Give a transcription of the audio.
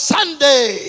Sunday